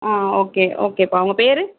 ஆ okay ஓகேப்பா உங்கள் பேர்